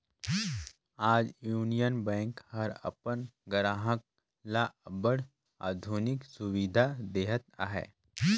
आज union bank हर अपन गराहक ल अब्बड़ आधुनिक सुबिधा देहत अहे